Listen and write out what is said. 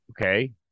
okay